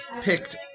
picked